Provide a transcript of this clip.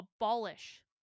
abolish